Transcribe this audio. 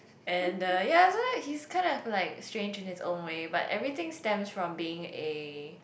and uh ya that's why he's kind of like strange in his own way but everything stems from being a